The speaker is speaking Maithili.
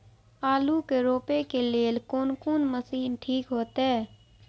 आलू के रोपे के लेल कोन कोन मशीन ठीक होते?